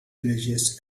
religious